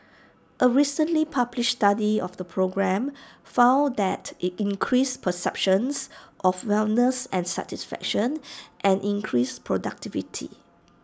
A recently published study of the program found that IT increased perceptions of wellness and satisfaction and increased productivity